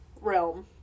realm